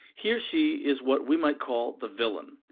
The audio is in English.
he or she is what we might call the villain.